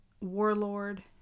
Warlord